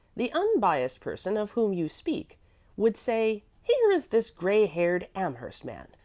the unbiassed person of whom you speak would say, here is this gray-haired amherst man,